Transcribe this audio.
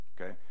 Okay